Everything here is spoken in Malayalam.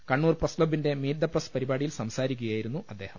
കണ്ണൂർ പ്രസ് ക്ലബ്ബിന്റെ മീറ്റ് ദ പ്രസ് പരിപാടിയിൽ സംസാരിക്കുകയായിരുന്നു അദ്ദേഹം